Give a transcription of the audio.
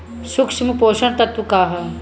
सूक्ष्म पोषक तत्व का ह?